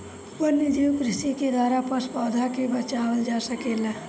वन्यजीव कृषि के द्वारा पशु, पौधा के बचावल जा सकेला